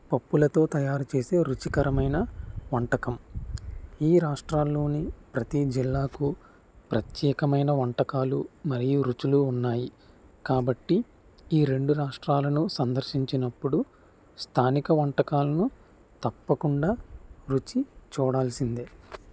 పప్పులతో తయారు చేసే రుచికరమైన వంటకం ఈ రాష్ట్రాల్లోని ప్రతీ జిల్లాకు ప్రత్యేకమైన వంటకాలు మరియు రుచులు ఉన్నాయి కాబట్టి ఈ రెండు రాష్ట్రాలను సందర్శించినప్పుడు స్థానిక వంటకాలను తప్పకుండా రుచి చూడాల్సిందే